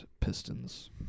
Pistons